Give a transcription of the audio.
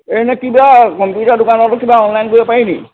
এনেই কিবা কম্পিউটাৰ দোকানতো কিবা অনলাইন কৰিব পাৰিনি